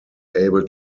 able